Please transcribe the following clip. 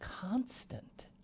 constant